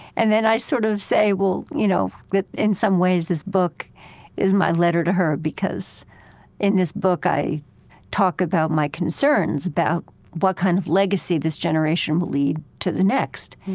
and then i sort of say, well, you know, in some ways, this book is my letter to her because in this book i talk about my concerns about what kind of legacy this generation will leave to the next,